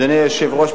אדוני היושב-ראש,